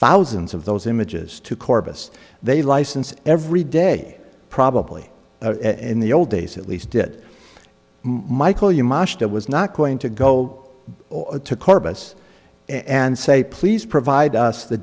thousands of those images to corpus they license every day probably in the old days at least did michael you marsh that was not going to go to corpus and say please provide us the